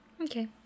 Okay